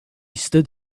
stood